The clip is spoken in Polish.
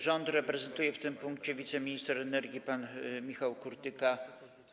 Rząd reprezentuje w tym punkcie wiceminister energii pan Michał Kurtyka.